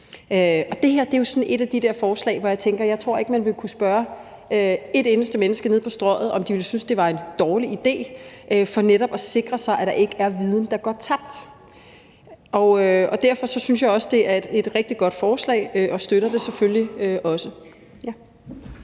Det her er jo et af de der forslag, hvor jeg tænker, at man ikke kunne få et eneste menneske inde på Strøget til at sige, at det var dårlig idé, for man vil netop sikre sig, at der ikke er viden, der går tabt. Derfor synes jeg også, det er et rigtig godt forslag, og jeg støtter det selvfølgelig.